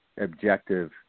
objective